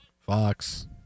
Fox